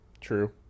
true